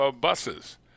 buses